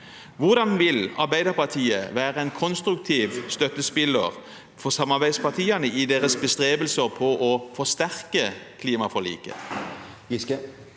Hvordan vil Arbeiderpartiet være en konstruktiv støttespiller for samarbeidspartiene i deres bestrebelser på å forsterke klimaforliket?